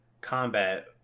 combat